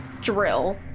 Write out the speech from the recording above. drill